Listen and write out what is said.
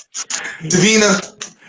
Davina